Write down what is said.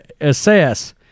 assess